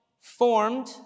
formed